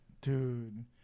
Dude